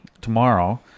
tomorrow